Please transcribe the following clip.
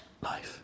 life